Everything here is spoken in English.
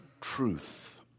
Truth